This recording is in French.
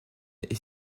est